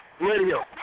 Radio